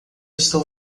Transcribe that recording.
estou